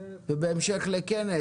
ובהמשך לכנס